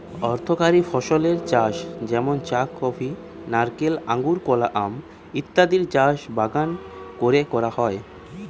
অর্থকরী ফসলের চাষ যেমন চা, কফি, নারকেল, আঙুর, কলা, আম ইত্যাদির চাষ বাগান কোরে করা হয়